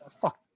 Fuck